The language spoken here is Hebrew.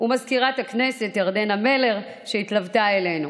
ומזכירת הכנסת ירדנה מלר, שהתלוותה אלינו,